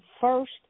first